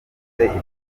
yakoze